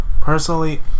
personally